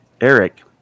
eric